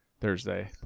Thursday